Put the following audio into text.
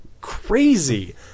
crazy